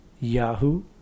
Yahoo